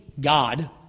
God